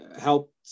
helped